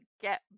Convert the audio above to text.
get